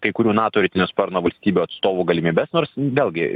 kai kurių nato rytinio sparno valstybių atstovų galimybes nors vėlgi